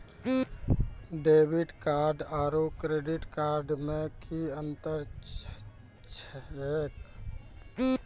Debit card आरू credit card मे कि अन्तर छैक?